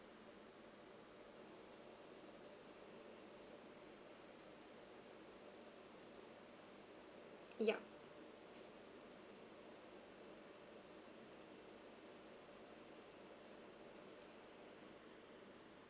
ya